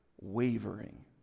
wavering